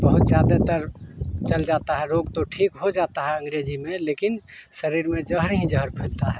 बहुत ज़्यादातर चल जाता है रोग तो ठीक हो जाता है अँग्रेजी में लेकिन शरीर में ज़हर ही ज़हर घुलता है